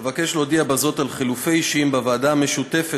אבקש להודיע בזאת על חילופי אישים בוועדה המשותפת